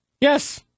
yes